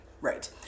Right